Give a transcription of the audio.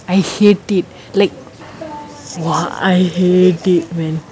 I hate it like !wah! I hate it when